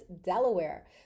Delaware